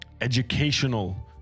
educational